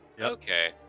Okay